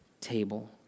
table